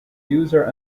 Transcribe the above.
user